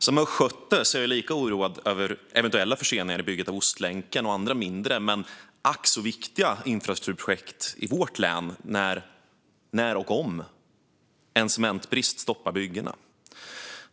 Som östgöte är jag lika oroad över eventuella förseningar i bygget av Ostlänken och andra mindre men ack så viktiga infrastrukturprojekt i vårt län när och om en cementbrist stoppar byggena.